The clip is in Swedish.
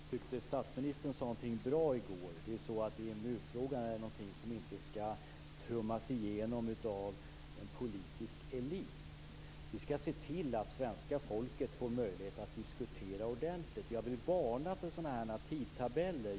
Fru talman! Jag tyckte statsministern sade något bra i går. EMU-frågan skall inte trummas igenom av en politisk elit. Vi skall se till att svenska folket får möjlighet att diskutera ordentligt. Jag vill varna för tidtabeller.